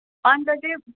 अनि त चाहिँ